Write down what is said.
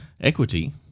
Equity